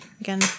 again